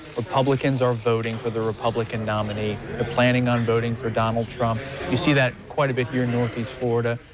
republicans are voting for the republican nominee. they're ah planning on voting for donald trump. you see that quite a bit here in northeast florida.